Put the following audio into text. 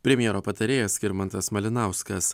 premjero patarėjas skirmantas malinauskas